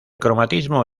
cromatismo